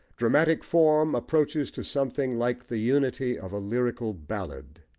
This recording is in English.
dramatic form approaches to something like the unity of a lyrical ballad,